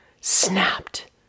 snapped